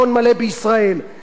עלינו לדאוג לכך,